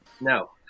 No